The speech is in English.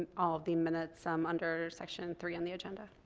all the minutes um under section three on the agenda.